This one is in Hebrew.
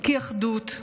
כי אחדות,